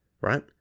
right